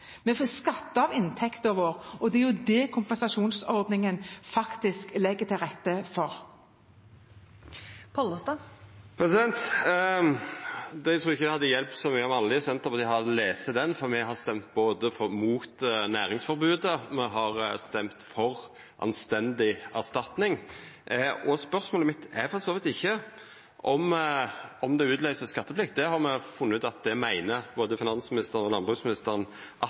av inntekten vår, og det er det kompensasjonsordningen faktisk legger til rette for. : Det blir oppfølgingsspørsmål – først Geir Pollestad. Eg trur ikkje det hadde hjelpt om alle i Senterpartiet hadde lese den, for me har stemt mot næringsforbodet, og me har stemt for anstendig erstatning. Spørsmålet mitt er for så vidt ikkje om det utløyser skatteplikt. Det har me funne ut at det meiner både finansministeren og landbruksministeren at